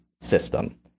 system